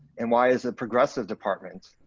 and why is it progressive department,